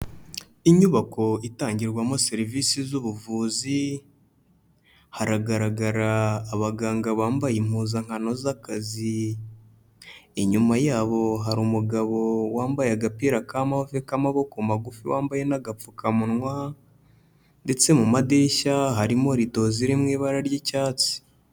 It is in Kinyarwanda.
Inyubako itangirwamo serivisi z'ubuvuzi, haragaragara abaganga bambaye impuzankano z'akazi, inyuma yabo hari umugabo wambaye agapira ka move k'amaboko magufi wambaye n'agapfukamunwa, ndetse mu madirishya harimo rido ziri mu ibara ry'icyatsi.